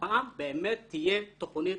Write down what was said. שהפעם באמת תהיה תכנית